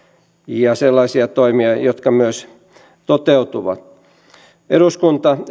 ja sellaisia toimia jotka myös toteutuvat eduskunta